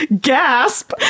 gasp